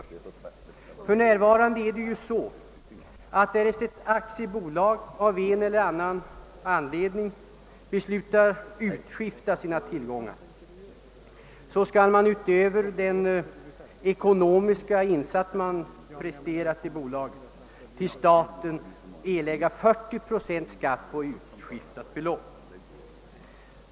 För närvarande är det ju så, att därest ett aktiebolag av en eller annan anledning beslutar utskifta sina tillgångar skall man till staten erlägga 40 procent skatt på utskiftat belopp utöver den ekonomiska insats man presterat i bolaget.